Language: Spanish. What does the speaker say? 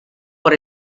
por